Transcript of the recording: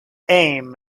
aim